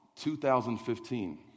2015